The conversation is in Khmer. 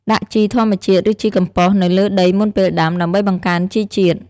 ដាក់ជីធម្មជាតិ ឬជីកំប៉ុស្តនៅលើដីមុនពេលដាំ ដើម្បីបង្កើនជីជាតិ។